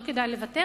לא כדאי לוותר,